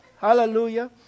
Hallelujah